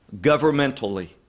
governmentally